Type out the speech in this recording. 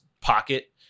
pocket